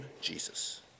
Jesus